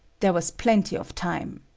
there was plenty of time.